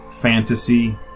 Fantasy